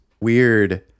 weird